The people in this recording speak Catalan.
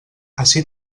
ací